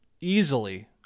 easily